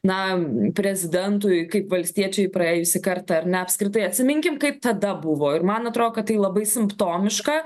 na prezidentui kaip valstiečiai praėjusį kartą ar ne apskritai atsiminkim kaip tada buvo ir man atrodo kad tai labai simptomiška